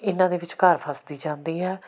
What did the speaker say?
ਇਹਨਾਂ ਦੇ ਵਿਚਕਾਰ ਫਸਦੀ ਜਾਂਦੀ ਹੈ